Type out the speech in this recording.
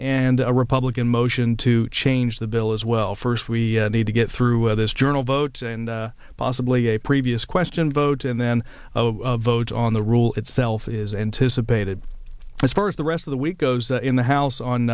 and a republican motion to change the bill as well first we need to get through this journal vote and possibly a previous question vote and then vote on the rule itself is anticipated as far as the rest of the week goes in the house on